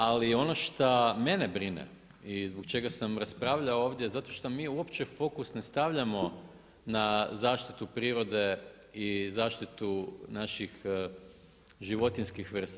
Ali ono šta mene brine i zbog čega sam raspravljao ovdje, zato što mi uopće fokus ne stavljamo na zaštitu prirode i zaštitu naših životinjskih vrsta.